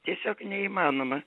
tiesiog neįmanoma